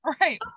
Right